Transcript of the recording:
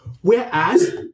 Whereas